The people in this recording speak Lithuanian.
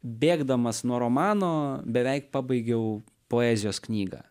bėgdamas nuo romano beveik pabaigiau poezijos knygą